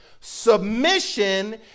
submission